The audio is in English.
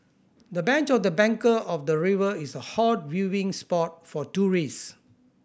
the bench of the bank of the river is a hot viewing spot for tourist